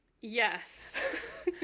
Yes